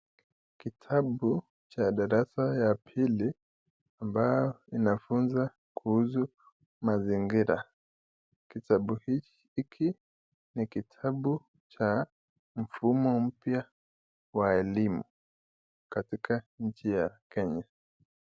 Kitabu cha darasa ya pili ambayo kinafunza kuhusu mazingira. Kitabu hiki ni kitabu cha mfumo mpya wa elimu katika nchi ya Kenya.